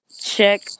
check